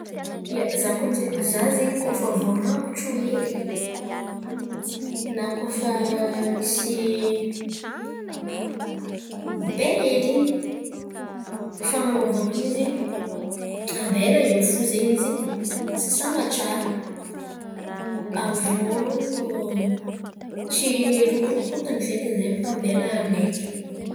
ia, zah koa amin'jay zah zen̈y koa fa voarangotro hely na koa fa misy bay ely in̈y fan̈anaovako izy ambela eo fo zen̈y izy sasan̈a tsara. Avô tsy rokorokotin̈y feky zay fa ambela maiky.